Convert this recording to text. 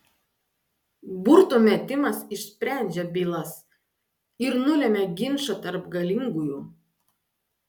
burtų metimas išsprendžia bylas ir nulemia ginčą tarp galingųjų